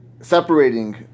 separating